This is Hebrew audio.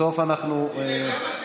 אם, אדוני,